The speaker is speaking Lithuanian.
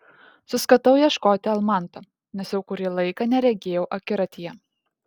suskatau ieškoti almanto nes jau kurį laiką neregėjau akiratyje